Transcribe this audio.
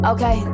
Okay